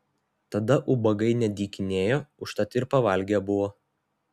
tada ubagai nedykinėjo užtat ir pavalgę buvo